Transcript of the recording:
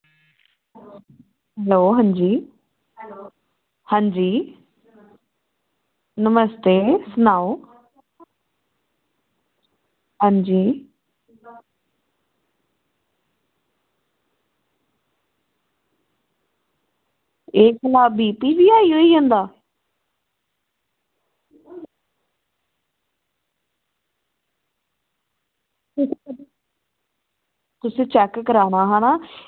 hello हां जी हां जी नमस्ते सनाओ हां जी एह् सनाओ बी पी बी होई जंदा उसी चेक कराना हा ना